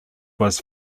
was